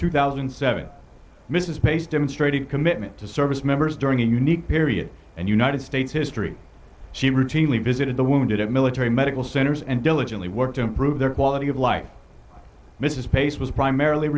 two thousand and seven mrs pace demonstrated commitment to service members during a unique period and united states history she routinely visited the wounded at military medical centers and diligently work to improve their quality of life mrs pace was primarily